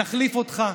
נחליף אותך,